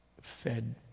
fed